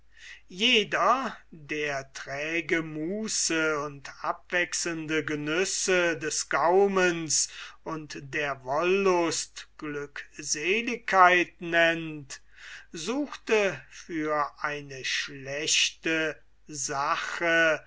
jeder der träge muße und abwechselnde genüsse des gaumens und der wollust glückseligkeit nennt suchte für eine schlechte sache